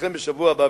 ולכן בשבוע הבא,